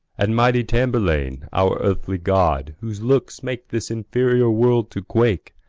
and, mighty tamburlaine, our earthly god, whose looks make this inferior world to quake,